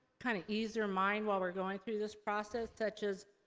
kind of ease their mind while we're going through this process, such as,